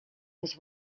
was